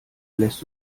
lässt